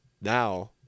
now